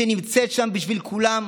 שנמצאת שם בשביל כולם,